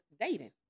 dating